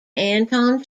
anton